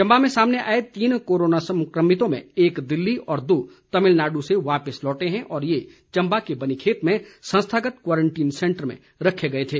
चंबा में सामने आए तीन कोरोना संक्रमितों में एक दिल्ली और दो तामिलनाड् से वापिस लौटे हैं और ये चंबा के बनीखेत में संस्थागत क्वारंटीन सेंटर में रखे गए थे